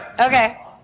okay